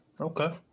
Okay